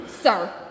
sir